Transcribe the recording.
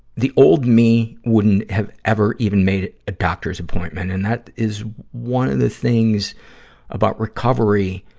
the old me wouldn't have ever even made a doctor's appointment, and that is one of the things about recovery,